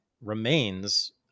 remains